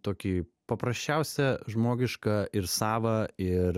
tokį paprasčiausią žmogišką ir savą ir